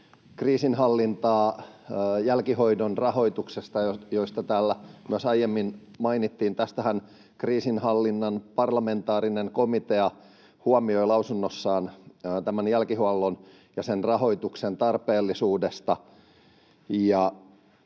kriisinhallinnan jälkihoidon rahoituksesta, josta täällä myös aiemmin mainittiin. Kriisinhallinnan parlamentaarinen komiteahan huomioi lausunnossaan tämän jälkihuollon ja sen rahoituksen tarpeellisuuden